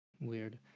weird